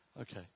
Okay